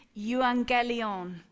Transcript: evangelion